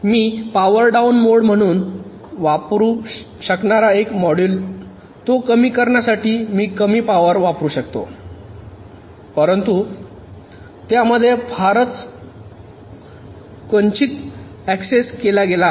मी power down mode म्हणून वापरू शकणारा पहिला मॉड्यूल तो कमी करण्यासाठी मी कमी पावर वापरू शकतो परंतु त्यामध्ये फारच क्वचित ऍक्सेसड केला गेला आहे